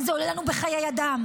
זה עולה לנו בחיי אדם.